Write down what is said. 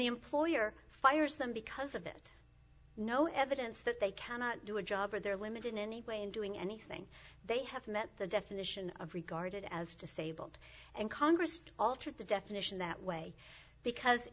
the employer fires them because of it no evidence that they cannot do a job or they're limited in any way in doing anything they have met the definition of regarded as disabled and congress altered the definition that way because